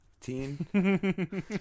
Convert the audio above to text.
teen